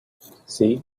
see